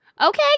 okay